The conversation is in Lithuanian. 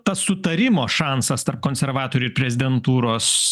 tas sutarimo šansas tarp konservatorių prezidentūros